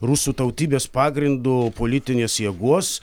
rusų tautybės pagrindu politinės jėgos